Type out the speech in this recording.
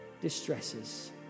distresses